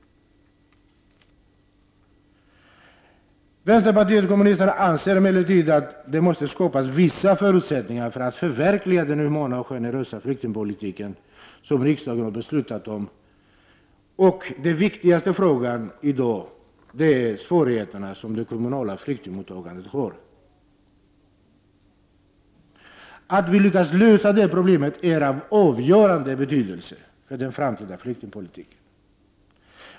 Vänsterpartiet kommunisterna anser emellertid att det måste skapas vissa förutsättningar för att förverkliga den humana och generösa flyktingpolitik som riksdagen har beslutat om. Den viktigaste frågan i dag är svårigheterna som det kommunala flyktingmottagandet har. Att vi lyckas lösa det problemet är av avgörande betydelse för den framtida flyktingpolitiken.